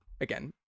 again